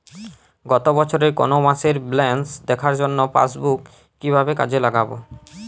গত বছরের কোনো মাসের ব্যালেন্স দেখার জন্য পাসবুক কীভাবে কাজে লাগাব?